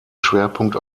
schwerpunkt